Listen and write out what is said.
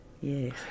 Yes